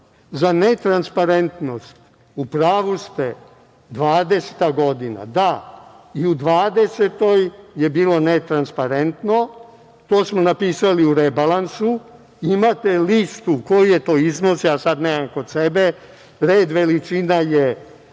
netransparentnost, u pravu ste, 2020. godina, da. U 2020. godine je bilo ne transparentno, to smo napisali u rebalansu. Imate listu koji je to iznos, ja sada nemam kod sebe, red veličina je,